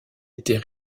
était